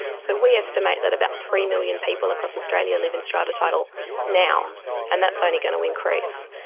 so we estimate that about three million people across australia live in strata title now and that's only going to increase.